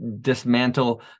dismantle